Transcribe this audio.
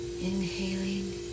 inhaling